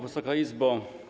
Wysoka Izbo!